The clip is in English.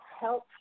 help